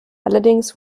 allerdings